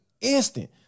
Instant